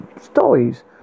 stories